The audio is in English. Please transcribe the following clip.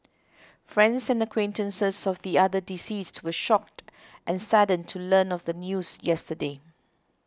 friends and acquaintances of the other deceased were shocked and saddened to learn of the news yesterday